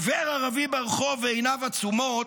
עובר ערבי ברחוב ועיניו עצומות,